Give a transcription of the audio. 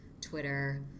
Twitter